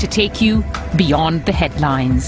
to take you beyond the headlines